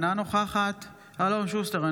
אינה נוכחת אלון שוסטר,